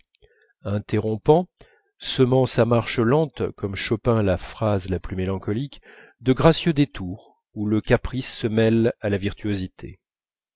interrompant semant sa marche lente comme chopin la phrase la plus mélancolique de gracieux détours où le caprice se mêle à la virtuosité